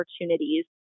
opportunities